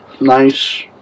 nice